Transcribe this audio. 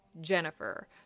Jennifer